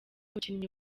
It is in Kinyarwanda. mukinnyi